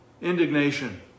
indignation